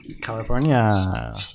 California